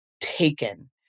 taken